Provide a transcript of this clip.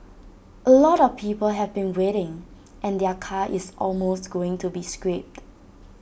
A lot of people have been waiting and their car is almost going to be scrapped